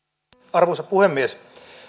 arvoisa puhemies